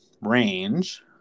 range